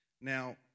Now